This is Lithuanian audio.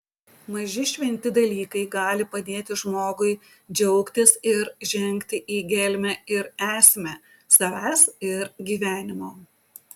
maži šventi dalykai gali padėti žmogui džiaugtis ir žengti į gelmę ir esmę savęs ir gyvenimo